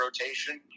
rotation